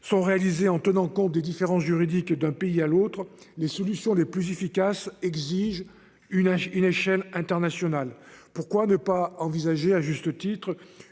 Sont réalisés en tenant compte des différents juridique d'un pays à l'autre, les solutions les plus efficaces exige une à une échelle internationale. Pourquoi ne pas envisager, à juste titre